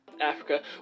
Africa